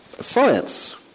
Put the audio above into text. science